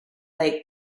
lake